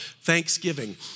Thanksgiving